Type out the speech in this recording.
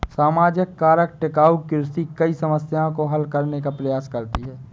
सामाजिक कारक टिकाऊ कृषि कई समस्याओं को हल करने का प्रयास करती है